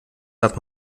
hat